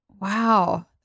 Wow